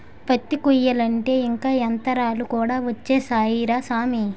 పత్తి కొయ్యాలంటే ఇంక యంతరాలు కూడా ఒచ్చేసాయ్ రా సామీ